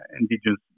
indigenous